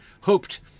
Hoped